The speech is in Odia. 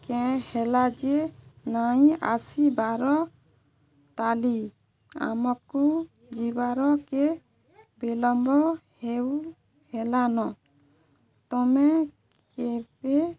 କେଁ ହେଲା ଯେ ନାଇଁ ଆସିବାର ତାଲି ଆମକୁ ଯିବାର କେ ବିଲମ୍ବ ହେଉ ହେଲାନ ତମେ କେବେ